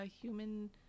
human